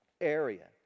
area